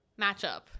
matchup